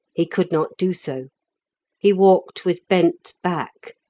he could not do so he walked with bent back,